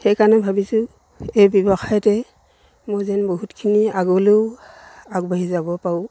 সেইকাৰণে ভাবিছোঁ এই ব্যৱসায়তে মই যেন বহুতখিনি আগলেও আগবাঢ়ি যাব পাৰোঁ